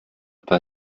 bei